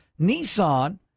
Nissan